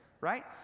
right